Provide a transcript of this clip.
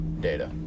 Data